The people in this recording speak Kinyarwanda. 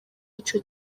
ico